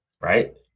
right